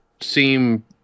seem